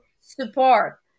support